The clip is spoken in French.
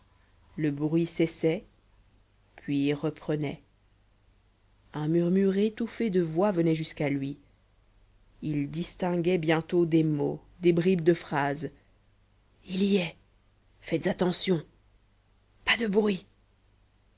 le bruit cessait puis reprenait un murmure étouffé de voix venait jusqu'à lui il distinguait bientôt des mots des bribes de phrase il y est faites attention pas de bruit